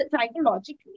psychologically